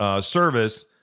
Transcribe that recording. service